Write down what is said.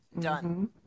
done